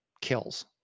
kills